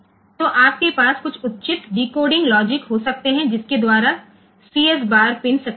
તો આપણી પાસે કેટલાક યોગ્ય ડીકોડિંગ લોજીક હોઈ શકે છે જેના દ્વારા CS બાર પિન સક્રિય થશે